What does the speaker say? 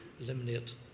eliminate